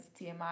TMI